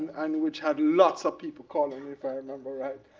and which had lots of people calling me, if i remember right.